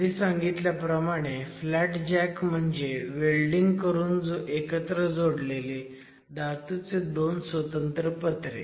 आधी सांगितल्याप्रमाणे flat jack म्हणजे वेल्डिंग करून एकत्र जोडलेले धातूचे दोन स्वतंत्र पत्रे